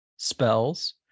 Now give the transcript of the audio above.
spells